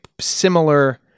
similar